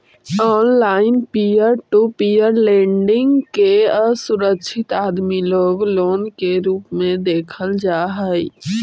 online peer to peer lending के असुरक्षित आदमी लोग लोन के रूप में देखल जा हई